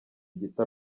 gito